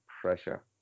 pressure